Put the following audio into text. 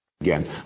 Again